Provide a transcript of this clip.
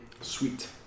Sweet